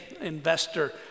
investor